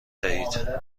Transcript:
دهید